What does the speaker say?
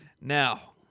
Now-